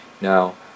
Now